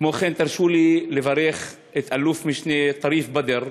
כמו כן, תרשו לי לברך את אלוף-משנה טריף בדר,